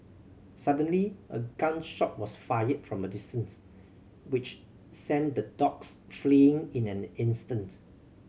suddenly a gun shot was fired from a distance which sent the dogs fleeing in an instant